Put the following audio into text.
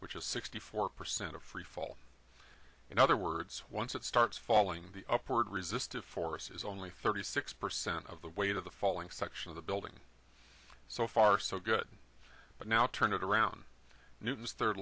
which is sixty four percent of freefall in other words once it starts falling the upward resistive force is only thirty six percent of the weight of the falling section of the building so far so good but now turn it around newton's third